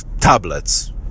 tablets